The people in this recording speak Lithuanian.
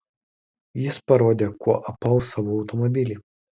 jis parodė kuo apaus savo automobilį